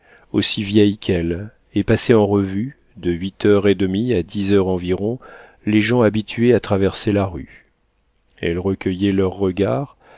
aussi vieille qu'elle et passait en revue de huit heures et demie à dix heures environ les gens habitués à traverser la rue elle recueillait leurs regards